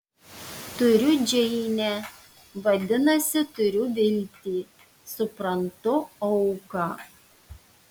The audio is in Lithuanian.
turiu džeinę vadinasi turiu viltį suprantu auką